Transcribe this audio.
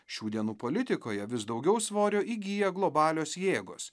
šių dienų politikoje vis daugiau svorio įgyja globalios jėgos